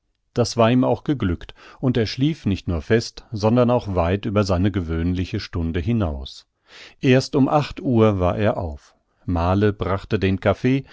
das war ihm auch geglückt und er schlief nicht nur fest sondern auch weit über seine gewöhnliche stunde hinaus erst um acht uhr war er auf male brachte den kaffee